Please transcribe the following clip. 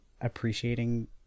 appreciating